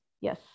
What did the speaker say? Yes